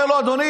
אומר לו: אדוני,